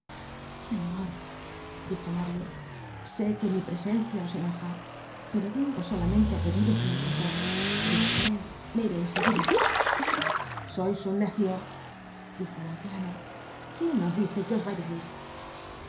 señor dijo mario sé que mi presencia os enoja pero vengo solamente á pediros una cosa despues me iré en seguida sois un necio dijo el anciano quién os dice que os vayais